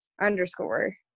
underscore